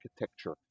architecture